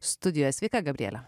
studijoje sveika gabriele